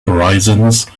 horizons